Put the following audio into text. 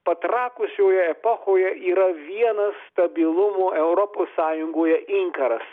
patrakusioje epochoje yra vienas stabilumo europos sąjungoje inkaras